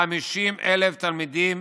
50,000 תלמידים